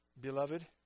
beloved